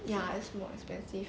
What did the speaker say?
ya it's more expensive